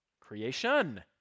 creation